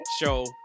show